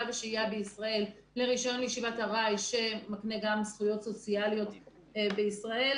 ושהייה בישראל לרישיון ישיבת ארעי שמקנה גם זכויות סוציאליות בישראל